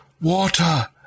Water